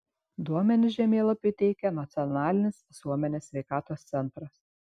duomenis žemėlapiui teikia nacionalinis visuomenės sveikatos centras